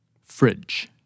Fridge